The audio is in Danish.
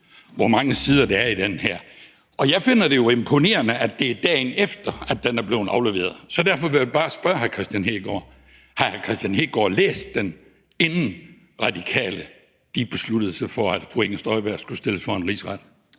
hvor mange sider der er i den, og jeg finder det jo imponerende, at det er, dagen efter at den er blevet afleveret. Så derfor vil jeg bare spørge hr. Kristian Hegaard: Har hr. Kristian Hegaard læst den, inden Radikale besluttede sig for, at fru Inger Støjberg skulle stilles for en rigsret?